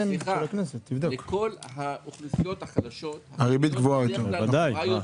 לכל האוכלוסיות החלשות בדרך כלל הריבית גבוהה יותר.